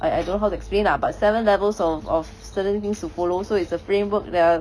I I don't know how to explain lah but seven levels of of certain things to follow so it's a framework there are